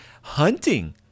hunting